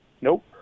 Nope